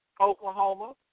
Oklahoma